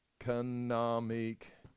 Economic